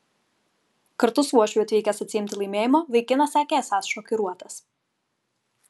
kartu su uošviu atvykęs atsiimti laimėjimo vaikinas sakė esąs šokiruotas